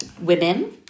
women